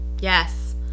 Yes